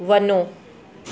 वञो